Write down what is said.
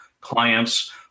clients